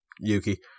yuki